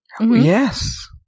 Yes